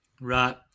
Right